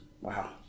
Wow